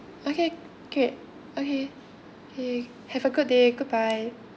okay great okay okay have a good day goodbye